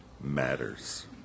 matters